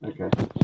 Okay